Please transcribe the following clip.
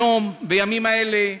היום, בימים האלה,